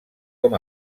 com